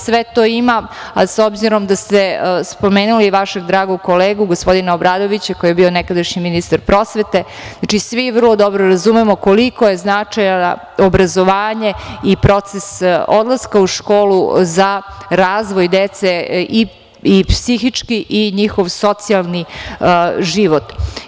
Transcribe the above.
Sve to ima, s obzirom da ste spomenuli vašeg dragog kolegu, gospodina Obradovića, koji je bio nekada ministar prosvete, svi vrlo dobro razumemo koliko je značajno obrazovanje i proces odlaska u školu za razvoj dece, psihički i njihov socijalni život.